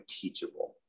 teachable